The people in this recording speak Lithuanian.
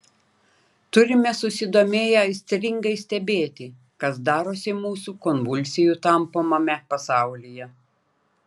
turime susidomėję aistringai stebėti kas darosi mūsų konvulsijų tampomame pasaulyje